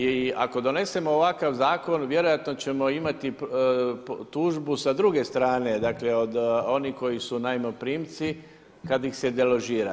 I ako donesemo ovakav zakon vjerojatno ćemo imati tužbu sa druge strane, dakle od onih koji su najmoprimci kada ih se deložira.